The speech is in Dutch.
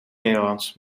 nederlands